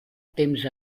temps